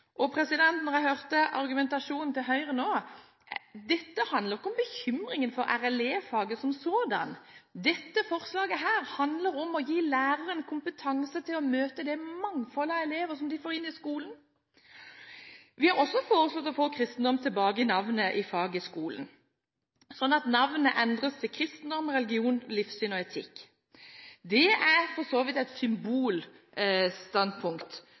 jeg hørte argumentasjonen til Høyre nå: Dette handler jo ikke om bekymringen for RLE-faget som sådan. Dette forslaget handler om å gi læreren kompetanse til å møte det mangfoldet av elever som de får inn i skolen. Vi har også foreslått å få kristendom tilbake i navnet i faget i skolen, slik at navnet endres til Kristendom, religion, livssyn og etikk. Det er for så vidt et